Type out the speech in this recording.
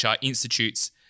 Institute's